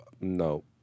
no